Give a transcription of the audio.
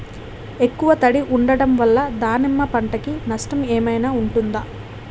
ఎక్కువ తడి ఉండడం వల్ల దానిమ్మ పంట కి నష్టం ఏమైనా ఉంటుందా?